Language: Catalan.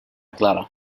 clara